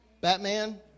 Batman